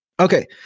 okay